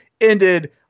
ended